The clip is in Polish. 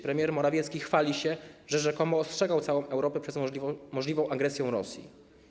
Premier Morawiecki chwali się, że rzekomo ostrzegał całą Europę przed możliwą agresją Rosji.